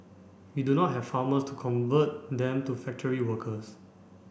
we do not have farmers to convert them to factory workers